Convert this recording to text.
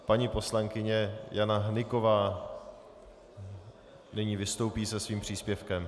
Paní poslankyně Jana Hnyková nyní vystoupí se svým příspěvkem.